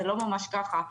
זה לא ממש ככה.